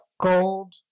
Gold